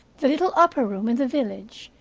the little upper room in the village,